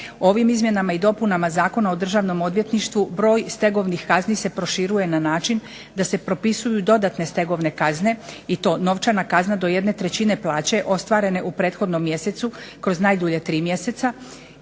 Ovim izmjenama i dopunama Zakona o Državnom odvjetništvu broj stegovnih kazni se proširuje na način da se propisuju dodatne stegovne kazne i to novčana kazna do jedne trećine plaća ostvarene u prethodnom mjesecu kroz najdulje tri mjeseca